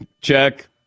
check